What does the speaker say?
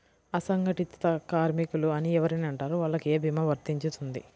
అసంగటిత కార్మికులు అని ఎవరిని అంటారు? వాళ్లకు ఏ భీమా వర్తించుతుంది?